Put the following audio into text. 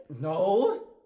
No